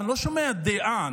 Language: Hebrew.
ואני לא שומע דעה.